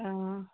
অঁ